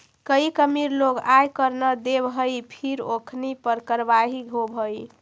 कईक अमीर लोग आय कर न देवऽ हई फिर ओखनी पर कारवाही होवऽ हइ